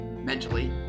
mentally